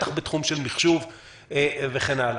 בטח בתחום של מחשוב וכן הלאה.